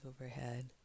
overhead